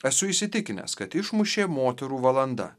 esu įsitikinęs kad išmušė moterų valanda